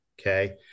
Okay